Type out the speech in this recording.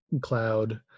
cloud